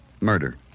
Murder